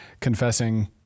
confessing